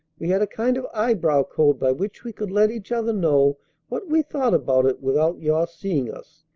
we had a kind of eyebrow code by which we could let each other know what we thought about it without your seeing us.